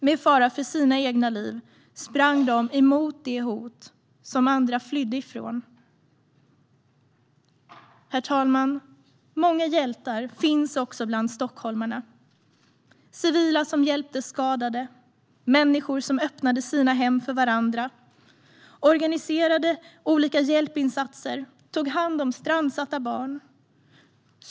Med fara för sina egna liv sprang de emot det hot som andra flydde ifrån. Herr talman! Många hjältar finns också bland stockholmarna. Civila hjälpte skadade. Människor öppnade sina hem för varandra, organiserade olika hjälpinsatser och tog hand om strandsatta barn.